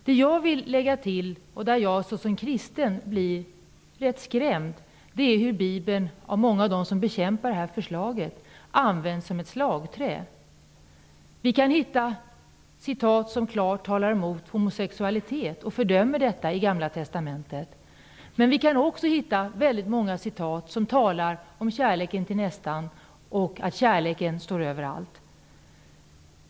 Det jag vill lägga till, där jag såsom kristen blir rätt skrämd, är hur Bibeln av många av dem som bekämpar det här förslaget används som ett slagträ. Vi kan hitta citat i Gamla testamentet som klart talar emot homosexualitet och fördömer detta. Men vi kan också hitta många citat som talar om kärleken till nästan och att kärleken står över allt.